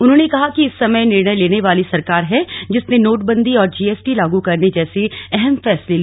उन्होंने कहा कि इस समय निर्णय लेने वाली सरकार है जिसने नोटबंदी और जीएसटी लाग करने जैसे अहम फैसले लिए